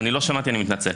לא שמעתי, מתנצל.